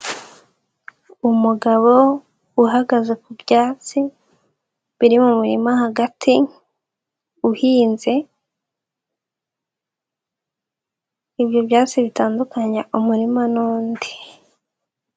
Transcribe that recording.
Umugabo uhagaze ku byatsi biri mu murima hagati, uhinze, ibyo byatsi bitandunya umurima n'undi.